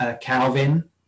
calvin